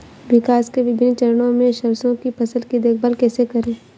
विकास के विभिन्न चरणों में सरसों की फसल की देखभाल कैसे करें?